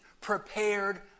prepared